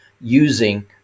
using